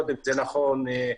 שנכון,